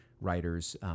writers